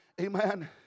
Amen